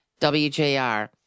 WJR